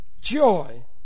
Joy